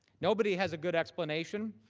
nobody has a good explanation.